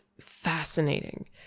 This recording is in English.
fascinating